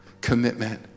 commitment